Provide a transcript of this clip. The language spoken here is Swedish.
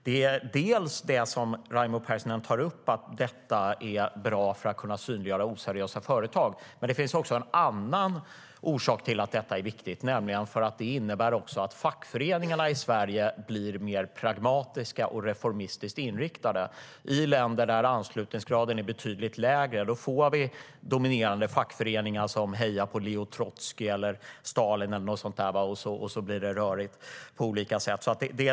Det är bland annat bra för att kunna synliggöra oseriösa företag, vilket Raimo Pärssinen tar upp. Men det är också viktigt eftersom det innebär att fackföreningarna i Sverige blir mer pragmatiska och reformistiskt inriktade. I länder där anslutningsgraden är betydligt lägre blir det i stället dominerande fackföreningar som hejar på Lev Trotskij eller Stalin eller något sådant, och då blir det rörigt på olika sätt.